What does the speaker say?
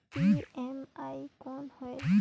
PME कौन होयल?